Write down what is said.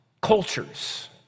cultures